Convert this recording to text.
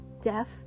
deaf